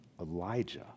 Elijah